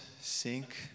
sink